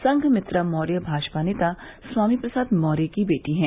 संघमित्रा मैर्य भाजपा नेता स्वामी प्रसाद मौर्य की बेटी है